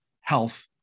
health